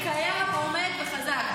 קיים, עומד וחזק.